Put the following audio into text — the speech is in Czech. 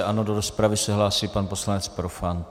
Do rozpravy se hlásí pan poslanec Profant.